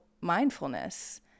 mindfulness